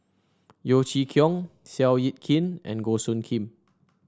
Yeo Chee Kiong Seow Yit Kin and Goh Soo Khim